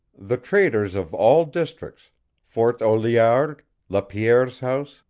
the traders of all districts fort au liard, lapierre's house,